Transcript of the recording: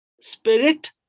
Spirit